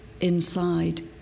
inside